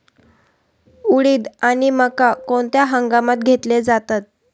उडीद आणि मका कोणत्या हंगामात घेतले जातात?